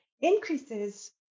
increases